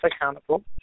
accountable